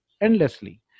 endlessly